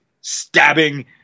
stabbing